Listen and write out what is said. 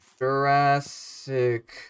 Jurassic